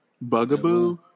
bugaboo